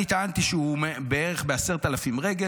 אני טענתי שהוא בערך ב-10,000 רגל,